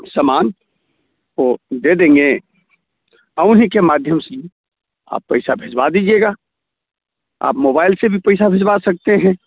सामान वह दे देंगे और उन्हीं के माध्यम से आप पैसा भिजवा दीजिएगा आप मोबाईल से भी पैसा भिजवा सकते हैं